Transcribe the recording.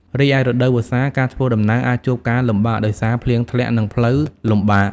រីឯរដូវវស្សា ការធ្វើដំណើរអាចជួបការលំបាកដោយសារភ្លៀងធ្លាក់ និងផ្លូវលំបាក។